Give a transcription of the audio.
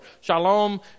Shalom